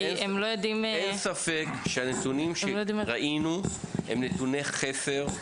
אין ספק שהנתונים שראינו הם נתוני חסר,